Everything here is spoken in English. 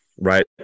Right